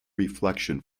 reflection